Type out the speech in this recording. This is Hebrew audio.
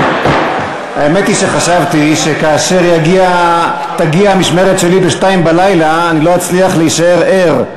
האמת היא שחשבתי שכאשר תגיע המשמרת שלי ב-02:00 אני לא אצליח להישאר ער,